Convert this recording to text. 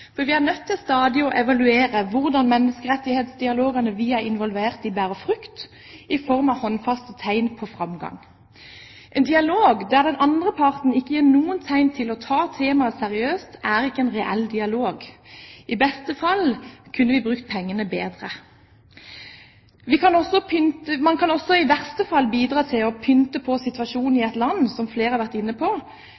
for vi er nødt til stadig å evaluere hvordan menneskerettighetsdialogene vi er involvert i, bærer frukter i form av håndfaste tegn på framgang. En dialog der den andre parten ikke gir noen tegn til å ta temaet seriøst, er ikke noen reell dialog. I beste fall kunne vi brukt pengene bedre, men i verste fall kunne man, som flere har vært inne på, bidratt til å pynte på situasjonen i